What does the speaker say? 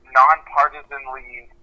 nonpartisanly